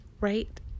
right